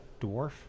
dwarf